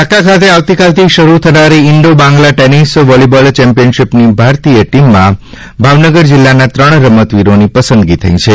ઢાકા ખાતે આવતીકાલથી શરૂ થનારી ઇન્ડો બાંગ્લા ટેનિસ વોલીબોલ ચેમ્પિયનશીપની ભારતીય ટીમમાં ભાવનગર જિલ્લાના ત્રણ રમતવીરોની પસંદગી થઈ છે